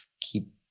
keep